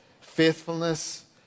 faithfulness